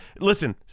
Listen